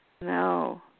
No